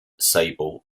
sable